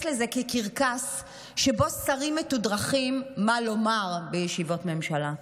לזה כקרקס שבו שרים מתודרכים מה לומר בישיבות ממשלה.